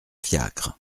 fiacre